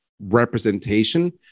representation